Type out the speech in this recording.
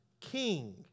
king